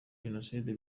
jenoside